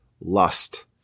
lust